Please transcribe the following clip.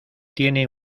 tiene